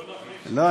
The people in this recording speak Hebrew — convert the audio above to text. לא,